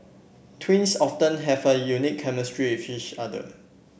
twins often have a unique chemistry with each other